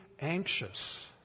anxious